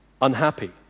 Unhappy